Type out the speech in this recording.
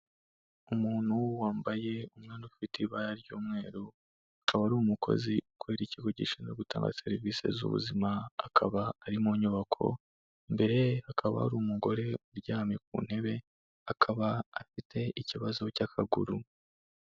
Umuntu wambaye umwenda ufite ibara ry'umweru, akaba wari umukozi ukorera ikigo gishinzwe gutanga serivisi z'ubuzima, akaba ari mu nyubako, imbere ye hakaba hari umugore uryamye ku ntebe, akaba afite ikibazo cy'akaguru.